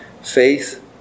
faith